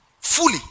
fully